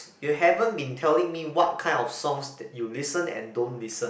you haven't been telling me what kind of songs you listen and don't listen